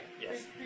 yes